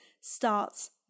starts